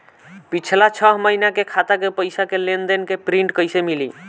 पिछला छह महीना के खाता के पइसा के लेन देन के प्रींट कइसे मिली?